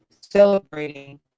celebrating